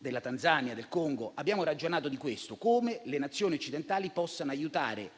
della Tanzania e del Congo, abbiamo ragionato di questo: come le Nazioni occidentali possono aiutare